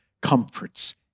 comforts